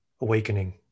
awakening